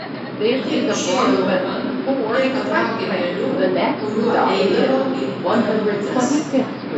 ji išėjo laukan ir patraukė keliu kuriuo eidavo į parduotuves